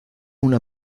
una